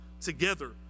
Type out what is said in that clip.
together